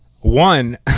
one